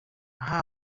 aha